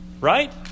Right